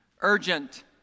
urgent